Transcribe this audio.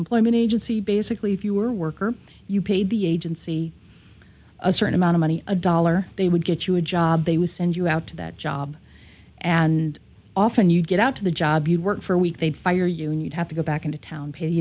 employment agency basically if you were worker you paid the agency a certain amount of money a dollar they would get you a job they would send you out to that job and often you'd get out to the job you work for a week they'd fire you need have to go back into town pay